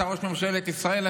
אתה ראש ממשלת ישראל,